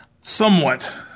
somewhat